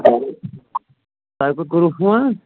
تۄہہِ کوٚت کوٚرو فون